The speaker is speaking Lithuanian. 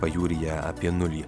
pajūryje apie nulį